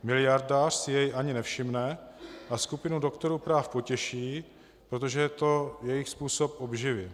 Miliardář si jej ani nevšimne a skupinu doktorů práv potěší, protože je to jejich způsob obživy.